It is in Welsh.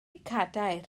cadair